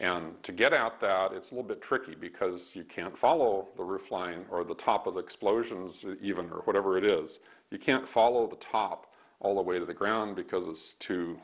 and to get out that it's a little bit tricky because you can't follow the roof line or the top of the explosions even though whatever it is you can't follow the top all the way to the ground because